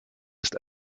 ist